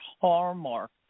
hallmark